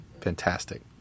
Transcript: fantastic